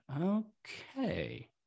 Okay